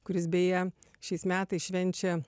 kuris beje šiais metais švenčia